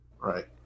Right